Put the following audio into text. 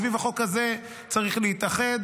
סביב החוק הזה צריך להתאחד,